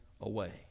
away